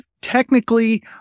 technically